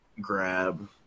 grab